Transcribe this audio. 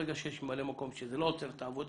ברגע שיש ממלא מקום, שזה לא עוצר את העבודה,